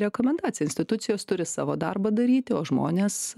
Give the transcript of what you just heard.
rekomendacija institucijos turi savo darbą daryti o žmonės